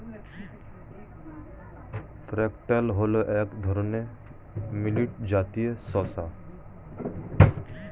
foxtail হল এক ধরনের মিলেট জাতীয় শস্য